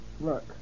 Look